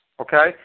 okay